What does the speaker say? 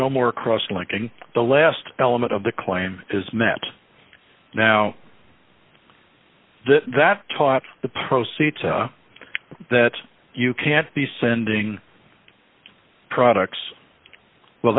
no more cross linking the last element of the claim is met now that taught the proceeds that you can't be sending products well